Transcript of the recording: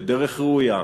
בדרך ראויה,